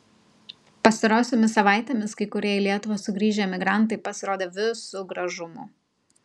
pastarosiomis savaitėmis kai kurie į lietuvą sugrįžę emigrantai pasirodė visu gražumu